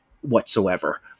whatsoever